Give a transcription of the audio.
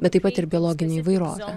bet taip pat ir biologinę įvairovę